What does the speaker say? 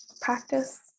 practice